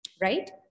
right